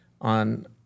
on